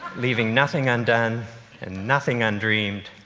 leaving nothing undone and nothing undreamed.